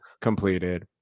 completed